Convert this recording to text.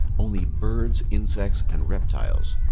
only birds, insects, and reptiles.